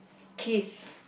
kiss